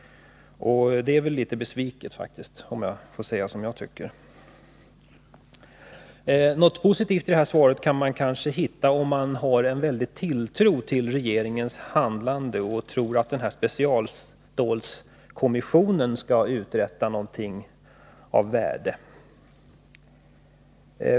Det är litet av en besvikelse, om jag får säga som jag tycker. Något positivt i det här svaret kan man kanske hitta om man har en väldig tilltro till regeringens handlande och tror att specialstålskommissionen skall uträtta någonting av värde.